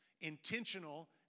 intentional